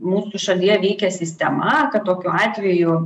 mūsų šalyje veikia sistema kad tokiu atveju